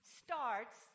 starts